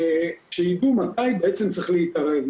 שידעו מתי צריך להתערב,